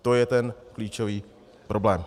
To je ten klíčový problém.